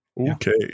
Okay